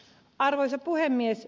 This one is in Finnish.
arvoisa puhemies